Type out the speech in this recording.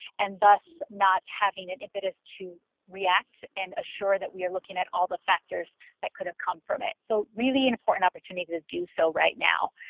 and thus not having an impetus to react and assure that we are looking at all the factors that could have come from it. so really an important opportunity to do so right now.